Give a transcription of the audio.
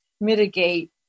mitigate